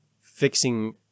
fixing